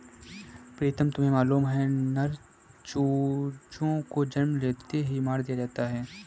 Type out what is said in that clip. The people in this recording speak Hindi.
प्रीतम तुम्हें मालूम है नर चूजों को जन्म लेते ही मार दिया जाता है